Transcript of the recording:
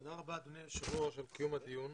תודה רבה, אדוני היושב ראש, על קיום הדיון.